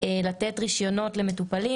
לתת רישיונות למטופלים,